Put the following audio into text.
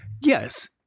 Yes